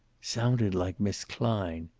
sounded like miss klein,